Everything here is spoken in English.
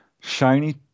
shiny